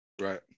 right